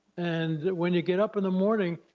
and when you get up in the morning,